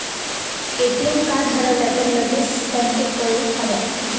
ATM card हरवला तर लगेच बँकेत कळवुक हव्या